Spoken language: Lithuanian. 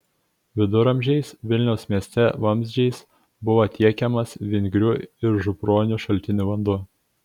viduramžiais vilniaus mieste vamzdžiais buvo tiekiamas vingrių ir župronių šaltinių vanduo